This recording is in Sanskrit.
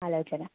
आलोचनम्